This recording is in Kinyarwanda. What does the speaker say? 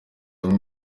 bamwe